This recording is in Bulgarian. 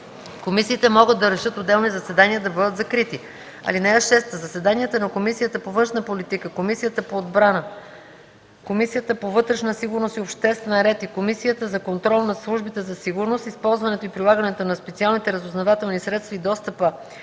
Комисиите могат да решат отделни заседания да бъдат закрити. (6) Заседанията на Комисията по външна политика, Комисията по отбрана, Комисията по вътрешна сигурност и обществен ред и Комисията за контрол над службите за сигурност, използването и прилагането на специалните разузнавателни средства и достъпа